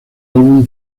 álbum